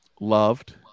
loved